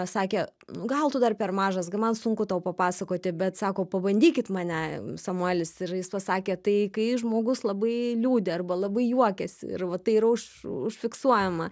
sakė gal tu dar per mažas gi man sunku tau papasakoti bet sako pabandykit mane samuelis ir jis pasakė tai kai žmogus labai liūdi arba labai juokiasi ir va tai yra už užfiksuojama